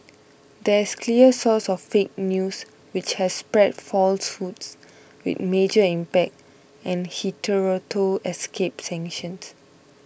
there is clear source of 'fake news' which has spread falsehoods with major impact and hitherto escaped sanctions